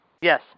Yes